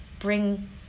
Bring